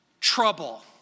trouble